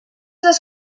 les